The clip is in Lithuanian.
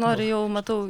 nori jau matau